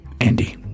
Andy